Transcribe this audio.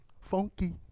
funky